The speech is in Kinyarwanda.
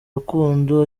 rukundo